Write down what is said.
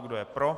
Kdo je pro?